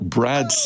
Brad